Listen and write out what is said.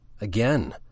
Again